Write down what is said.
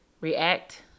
react